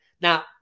now